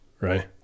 Right